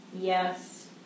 yes